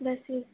ਵੈਸੇ